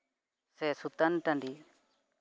ᱥᱮ ᱥᱩᱛᱟᱹᱱ ᱴᱟᱺᱰᱤ